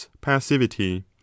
passivity